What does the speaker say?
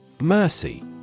Mercy